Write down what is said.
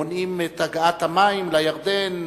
מונעים את הגעת המים לירדן.